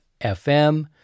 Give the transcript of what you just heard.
FM